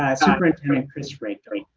ah superintendent chris reykdal.